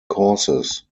causes